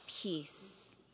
peace